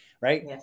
Right